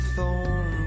thorn